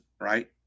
right